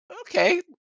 okay